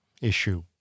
issue